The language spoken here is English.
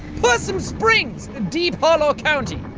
possum springs deep hollow county.